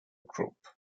group